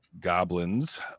goblins